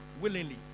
willingly